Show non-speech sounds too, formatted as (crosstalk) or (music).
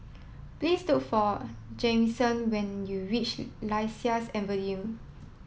please look for Jamison when you reach (noise) Lasia Avenue